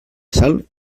sal